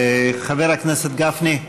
חבר הכנסת גפני,